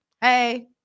Hey